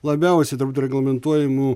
labiausiai turbūt reglamentuojamų